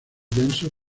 densos